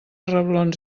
reblons